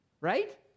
Right